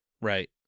Right